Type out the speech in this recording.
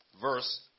verse